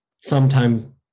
Sometime